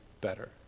better